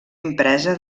impresa